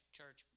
church